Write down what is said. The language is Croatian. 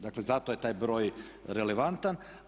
Dakle, zato je taj broj relevantan.